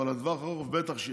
אבל לטווח הארוך בטח שיש.